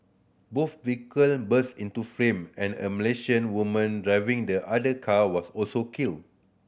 both vehicle burst into flame and a Malaysian woman driving the other car was also killed